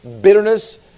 bitterness